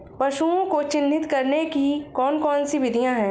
पशुओं को चिन्हित करने की कौन कौन सी विधियां हैं?